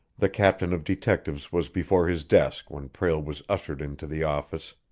the captain of detectives was before his desk when prale was ushered into the office.